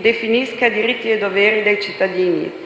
definisca diritti e doveri dei cittadini.